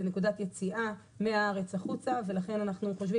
זו נקודות יציאה מהארץ החוצה ולכן אנחנו חושבים